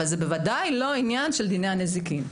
אבל זה בוודאי לא עניין של דיני הנזיקין,